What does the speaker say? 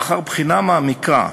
לאחר בחינה מעמיקה,